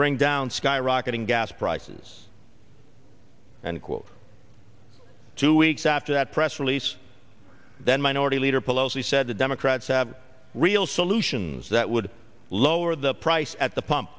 bring down skyrocketing gas prices and quote two weeks after that press release that minority leader pelosi said the democrats have real solutions that would lower the price at the pump